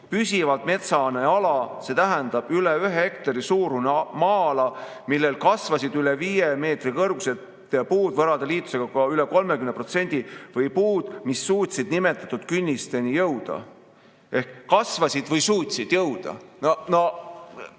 püsivalt metsane ala, see tähendab üle ühe hektari suurune maa-ala, millel kasvasid üle viie meetri kõrgused puud võrade liitusega üle 30 protsendi, või puud, mis suutsid nimetatud künnisteni jõuda." Ehk "kasvasid" või "suutsid jõuda". No see